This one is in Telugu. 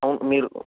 అవును మీరు